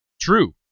true